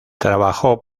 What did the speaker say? trabajó